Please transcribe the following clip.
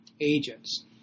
agents